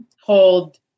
hold